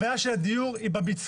הבעיה של הדיור היא בביצוע.